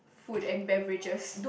food and beverages